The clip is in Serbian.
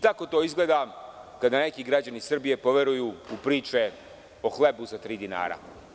Tako to izgleda kada neki građani Srbije poveruju u priče o hlebu za tri dinara.